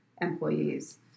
employees